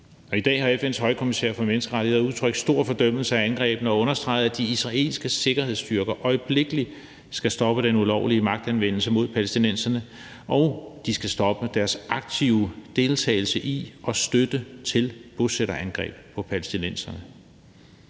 i dag har FN's højkommissær for menneskerettigheder udtrykt stor fordømmelse af angrebene og understreget, at de israelske sikkerhedsstyrker øjeblikkelig skal stoppe den ulovlige magtanvendelse mod palæstinenserne, og at de skal stoppe deres aktive deltagelse i og støtte til bosætterangreb på palæstinensere.